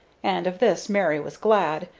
and of this mary was glad,